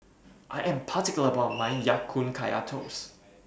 I Am particular about My Ya Kun Kaya Toast